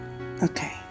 Okay